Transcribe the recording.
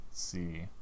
see